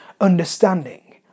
understanding